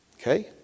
Okay